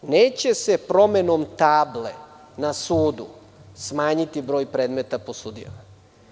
Neće se promenom table na sudu smanjiti broj predmeta po sudijama.